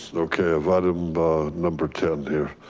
so okay. but number ten here.